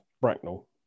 Bracknell